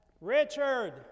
Richard